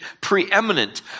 preeminent